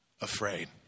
afraid